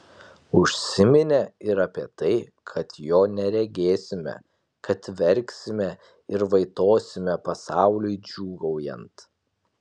užsiminė ir apie tai kad jo neregėsime kad verksime ir vaitosime pasauliui džiūgaujant